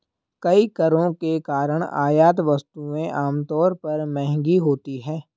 कई करों के कारण आयात वस्तुएं आमतौर पर महंगी होती हैं